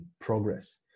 progress